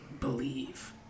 believe